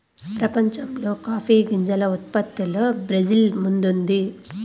ప్రపంచంలో కాఫీ గింజల ఉత్పత్తిలో బ్రెజిల్ ముందుంది